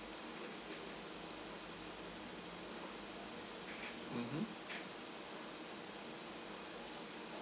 mmhmm